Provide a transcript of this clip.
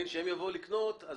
אז